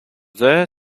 there